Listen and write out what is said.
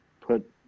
put